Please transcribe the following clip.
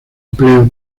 empleo